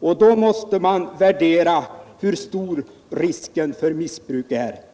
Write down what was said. och då måste man värdera hur stor risken för missbruk är.